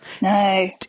No